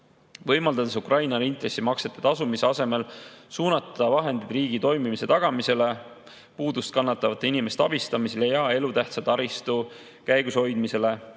võimaldades Ukrainal intressimaksete tasumise asemel suunata vahendid riigi toimimise tagamisele, puudust kannatavate inimeste abistamisele ja elutähtsa taristu käigushoidmisele.